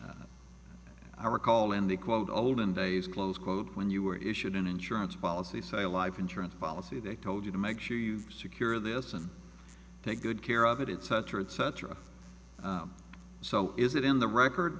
i recall in the quote olden days close quote when you were issued an insurance policy say a life insurance policy they told you to make sure you secure this and take good care of it cetera et cetera so is it in the record